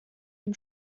dem